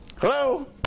hello